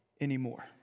anymore